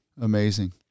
Amazing